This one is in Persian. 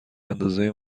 اندازه